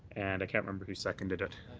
and i can't remember who seconded it.